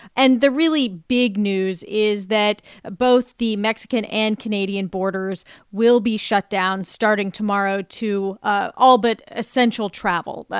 and the really big news is that both the mexican and canadian borders will be shut down starting tomorrow to ah all but essential travel. but